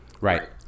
Right